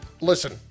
listen